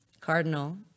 cardinal